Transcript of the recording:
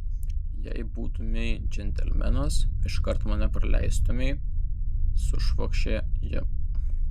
jei būtumei džentelmenas iškart mane praleistumei sušvokštė ji